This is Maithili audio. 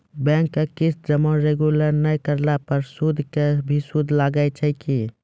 बैंक के किस्त जमा रेगुलर नै करला पर सुद के भी सुद लागै छै कि?